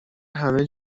همه